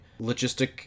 logistic